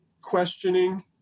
questioning